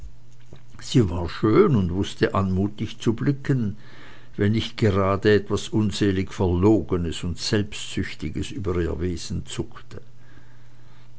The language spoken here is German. sie war schön und wußte anmutig zu blicken wenn nicht gerade etwas unselig verlogenes und selbstsüchtiges über ihr wesen zuckte